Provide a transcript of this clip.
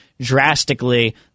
drastically